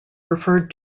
referred